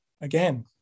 again